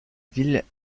ville